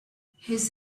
his